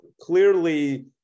clearly